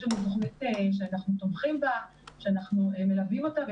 יש לנו תוכנית שאנחנו תומכים בה ומלווים אותה,